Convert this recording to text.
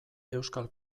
euskal